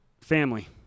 family